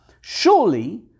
surely